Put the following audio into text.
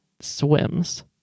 swims